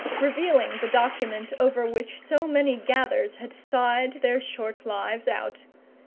revealing the document over which so many gathers had sighed their short lives out.